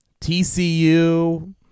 TCU